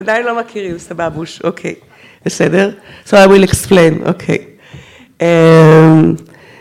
עדיין לא מכירים סבבוש, אוקיי, בסדר. So I will explain, okay